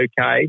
okay